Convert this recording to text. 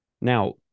Now